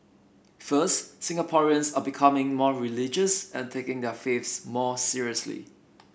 first Singaporeans are becoming more religious and taking their faiths more seriously